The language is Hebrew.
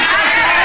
בושה.